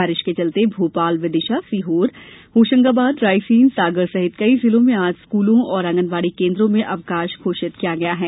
बारिश के चलते भोपाल विदिशा सीहोर होशंगाबाद रायसेन सागर सहित कई जिलों में आज स्कूलों और आंगनवाडी केन्द्रों में अवकाश घोषित किया गया है